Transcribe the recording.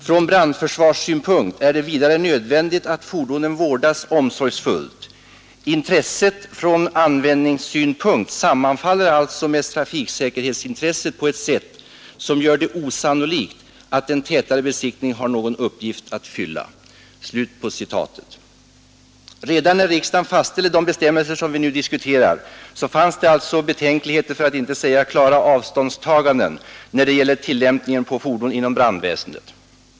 Från brandförsvarssynpunkt är det vidare nödvändigt att fordonen vårdas omsorgsfullt. Intresset från användningssynpunkt sammanfaller alltså med trafiksäkerhetsintresset på ett sätt som gör det osannolikt att en tätare besiktning har någon uppgift att fylla.” Redan när riksdagen fastställde de bestämmelser som vi nu diskuterar, fanns alltså betänkligheter, för att inte säga klara avståndstaganden, när det gällde tillämpningen på fordon inom brandväsendet.